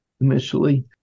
initially